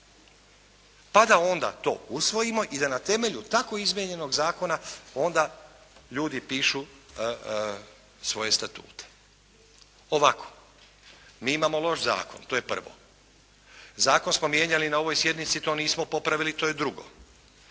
pa da onda to usvojimo i da na temelju tako izmijenjenog zakona onda ljudi pišu svoje statute. Ovako, mi imamo loš zakon, to je prvo, zakon smo mijenjali na ovoj sjednici, to nismo popravili, to je drugo.